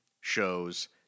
shows